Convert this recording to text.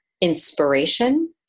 inspiration